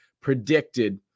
predicted